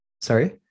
sorry